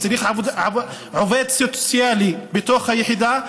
צריך עובד סוציאלי בתוך היחידה.